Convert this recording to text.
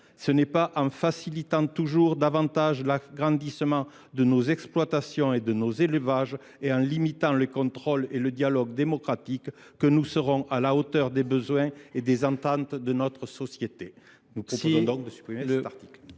Ce n’est pas en facilitant toujours davantage l’agrandissement de nos exploitations et de nos élevages, en limitant les contrôles et le dialogue démocratique, que nous serons à la hauteur des besoins et des attentes de notre société. La parole est à M. Gérard Lahellec,